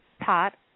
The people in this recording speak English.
pot